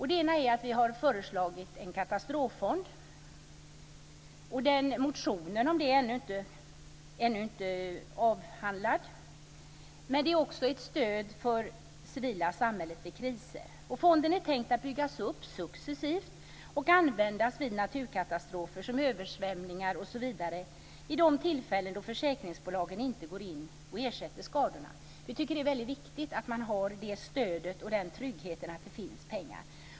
Det ena är att vi har föreslagit en katastroffond, men det är ännu inte behandlat. Det handlar också om ett stöd för det civila samhället vid kriser. Fonden är tänkt att byggas upp successivt och användas vid naturkatastrofer som översvämningar osv. vid de tillfällen då försäkringsbolagen inte går in och ersätter skadorna. Vi tycker att det är mycket viktigt att ha det stödet och den tryggheten att det finns pengar.